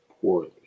poorly